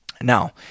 Now